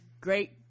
great